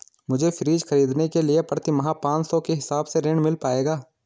मुझे फ्रीज खरीदने के लिए प्रति माह पाँच सौ के हिसाब से ऋण मिल पाएगा?